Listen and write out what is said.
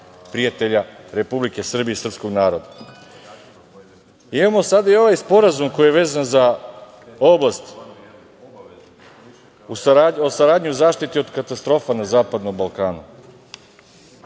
prijatelja Republike Srbije i srpskog naroda. Imamo sada i ovaj sporazum koji je vezan za oblast o saradnji u zaštiti od katastrofa na Zapadnom Balkanu.